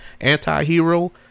anti-hero